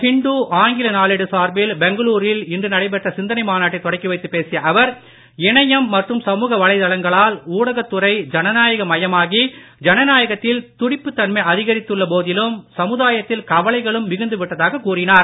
ஹிந்து ஆங்கில நாளேடு சார்பில் பெங்ளூரில் இன்று நடைபெற்ற சிந்தனை மாநாட்டை தொடக்கிவைத்துப் பேசிய அவர் இணையம் மற்றும் சமூக வலைதளங்களால் ஊடகத் துறையில் ஜனநாயக மயமாகி ஜனநாயகத்தில் துடிப்புத்தன்மை அதிகரித்துள்ள போதிலும் சமுதாயத்தில் கவலைகளும் மிகுந்து விட்டதாகக் கூறினார்